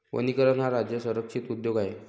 वनीकरण हा राज्य संरक्षित उद्योग आहे